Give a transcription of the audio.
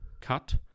cut